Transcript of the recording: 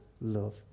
love